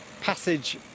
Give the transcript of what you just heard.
passage